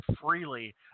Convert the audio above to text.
freely